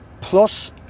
plus